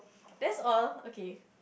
that's all okay